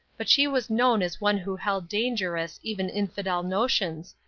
but she was known as one who held dangerous, even infidel notions,